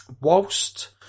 whilst